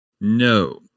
No